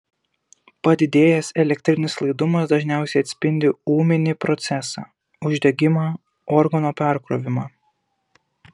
padidėjęs elektrinis laidumas dažniausiai atspindi ūminį procesą uždegimą organo perkrovimą